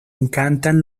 encantan